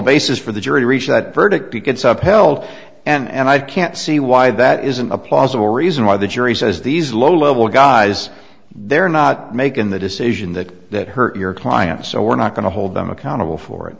basis for the jury to reach that verdict it gets up held and i can't see why that isn't a plausible reason why the jury says these low level guys they're not making the decision that hurt your client so we're not going to hold them accountable for it